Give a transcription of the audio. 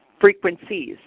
frequencies